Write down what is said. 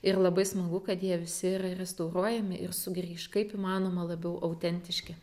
ir labai smagu kad jie visi yra restauruojami ir sugrįš kaip įmanoma labiau autentiški